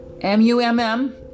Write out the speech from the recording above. M-U-M-M